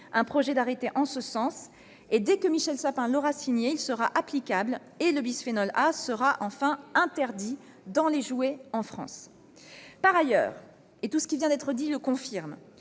un projet d'arrêté en ce sens. Dès que Michel Sapin l'aura signé, il sera applicable et le bisphénol A sera enfin interdit dans les jouets en France. Par ailleurs, il est très important de soutenir